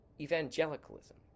evangelicalism